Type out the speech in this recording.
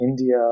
India